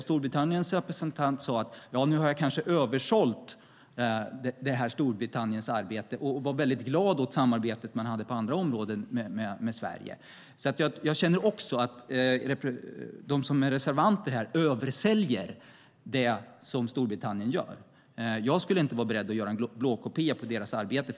Storbritanniens representant sade sig ha översålt Storbritanniens arbete och var glad åt samarbetet på andra områden med Sverige. Jag känner också att reservanterna översäljer det Storbritannien gör. Jag skulle inte vara beredd att göra en blåkopia av deras arbete.